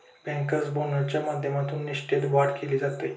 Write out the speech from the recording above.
banker बोनसच्या माध्यमातून निष्ठेत वाढ केली जाते